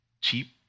Cheap